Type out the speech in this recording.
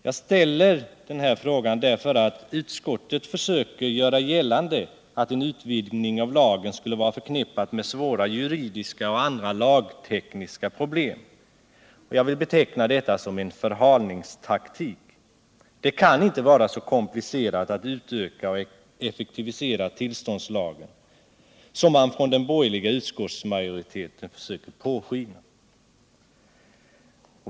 Jag ställer denna fråga därför att utskottet försöker göra gällande, att en utvidgning av lagen skulle vara förknippad med svåra juridiska och andra lagtekniska problem. Jag vill beteckna detta som en förhalningstaktik. Det kan inte vara så komplicerat att utöka och effektivisera tillståndslagen som man från den borgerliga utskottsmajoriteten låter påskina.